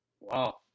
Wow